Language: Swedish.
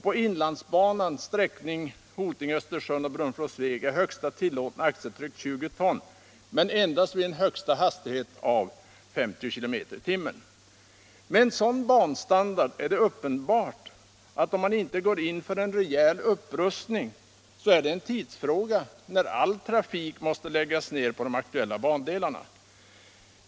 På Inlandsbanan Hoting-Östersund och Brunflo-Sveg är högsta tillåtna axeltryck 20 ton men endast vid en högsta hastighet av 50 km/t.” Med en sådan banstandard är det uppenbart, att om man inte går in för en rejäl upprustning är det en tidsfråga när all trafik måste läggas ner på de aktuella bandelarna.